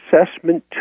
assessment